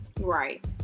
Right